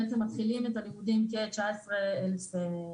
בעצם מתחילים את הלימודים כ-19,000 סטודנטים בשנה.